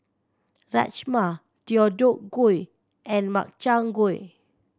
Rajma Deodeok Gui and Makchang Gui